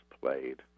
played